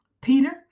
Peter